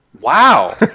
Wow